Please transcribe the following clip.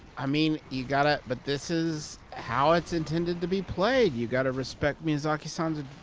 i mean, you gotta but this is how it's intended to be played. you gotta respect miyazaki-san's ah,